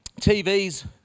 TVs